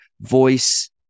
voice